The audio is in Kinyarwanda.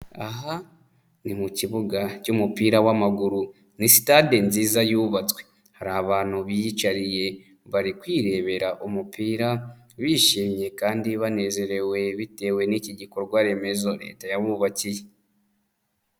Aha ni mu kibuga cy'umupira w'amaguru, ni sitade nziza yubatswe, hari abantu biyicariye, bari kwirebera umupira, bishimye kandi banezerewe, bitewe n'iki gikorwa remezo leta yabubakiye.